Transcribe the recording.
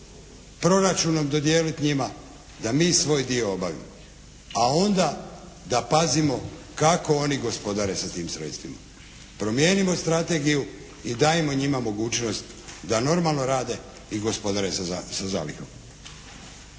proračunom dodijeliti njima da mi svoj dio obavimo a onda da pazimo kako oni gospodare sa tim sredstvima. Promijenimo strategiju i dajmo njima mogućnost da normalno rade i gospodare sa zalihom.